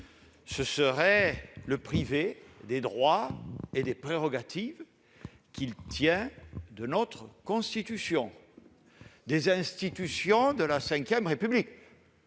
ce serait le priver des droits et des prérogatives qu'il tient de notre Constitution et des institutions de la V République.